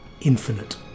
infinite